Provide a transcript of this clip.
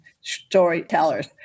storytellers